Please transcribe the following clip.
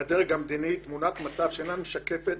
כך מוצגת לדרג המדיני שאינה משקפת